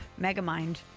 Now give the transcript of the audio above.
Megamind